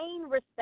respect